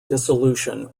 dissolution